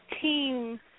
team